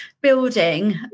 building